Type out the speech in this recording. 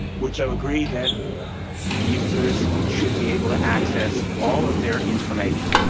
which um agree that users should be able to access all of their information.